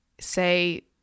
say